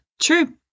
True